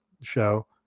show